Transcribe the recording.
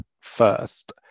first